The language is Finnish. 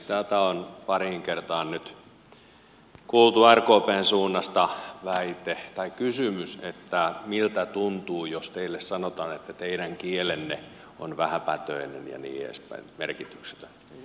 tätä on pariin kertaan nyt kuultu rkpn suunnasta kysymys että miltä tuntuu jos teille sanotaan että teidän kielenne on vähäpätöinen ja niin edespäin merkityksetön